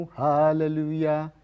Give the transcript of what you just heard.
hallelujah